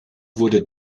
wurde